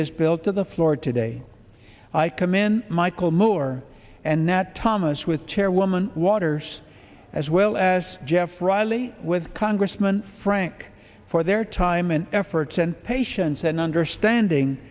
this bill to the floor today i come in michael moore and that thomas with chairwoman waters as well as jeff riley with congressman frank for their time and efforts and patience and understanding